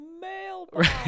mailbox